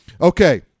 Okay